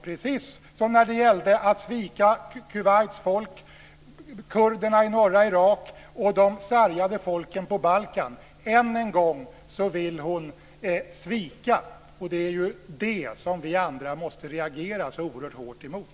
Precis som när det gällde att svika Kuwaits folk, kurderna i norra Irak och de sargade folken på Balkan vill hon än en gång svika. Det är ju det som vi andra måste reagera så oerhört hårt emot.